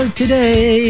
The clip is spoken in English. today